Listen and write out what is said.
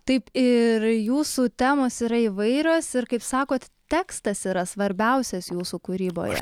taip ir jūsų temos yra įvairios ir kaip sakot tekstas yra svarbiausias jūsų kūryboje